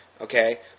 Okay